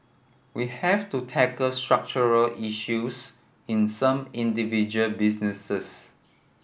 we have to tackle structural issues in some individual businesses